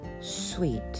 sweet